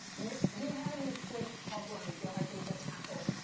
mitch, do you have any sleep problems you're hoping to tackle?